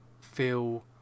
feel